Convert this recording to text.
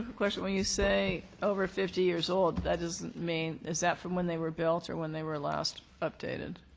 question? when you say over fifty years old, that doesn't mean is that from when they were built or when they were last updated?